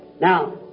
Now